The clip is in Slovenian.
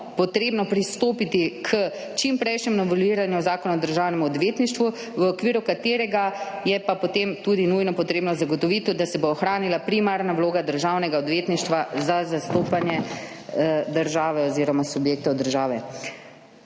potrebno pristopiti k čimprejšnjemu noveliranju Zakona o državnem odvetništvu, v okviru katerega je pa potem tudi nujno potrebno zagotoviti, da se bo ohranila primarna vloga Državnega odvetništva za zastopanje države oziroma subjektov države.